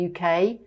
UK